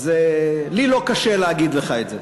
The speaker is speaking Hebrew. אז, לי לא לקשה להגיד לך את זה.